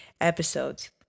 episodes